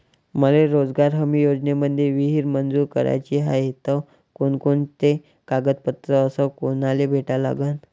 मले रोजगार हमी योजनेमंदी विहीर मंजूर कराची हाये त कोनकोनते कागदपत्र अस कोनाले भेटा लागन?